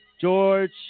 George